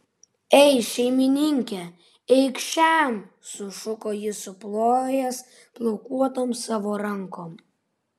ei šeimininke eik šen sušuko jis suplojęs plaukuotom savo rankom